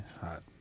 hot